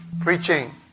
preaching